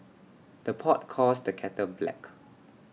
the pot calls the kettle black